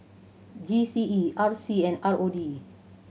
G C E R C and R O D